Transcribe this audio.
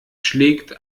schlägt